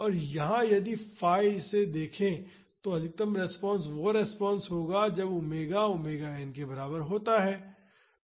और यहां यदि फाई इसे देखें तो अधिकतम रिस्पांस वो रिस्पांस होगा जब ओमेगा ओमेगा एन के बराबर होता है